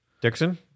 dixon